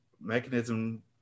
Mechanism